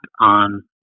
on